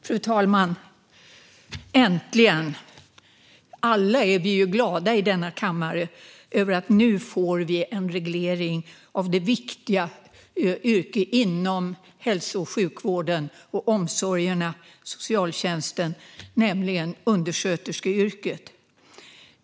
Fru talman! Äntligen! Alla vi i denna kammare är glada över att vi nu får en reglering av ett viktigt yrke inom hälso och sjukvården, omsorgerna och socialtjänsten, nämligen undersköterskeyrket.